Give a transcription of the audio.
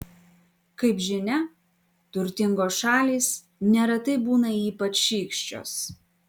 kaip žinia turtingos šalys neretai būna ypač šykščios